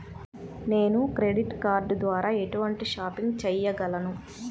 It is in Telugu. నేను క్రెడిట్ కార్డ్ ద్వార ఎటువంటి షాపింగ్ చెయ్యగలను?